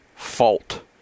fault